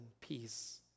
peace